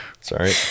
sorry